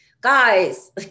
Guys